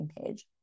page